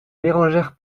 bérengère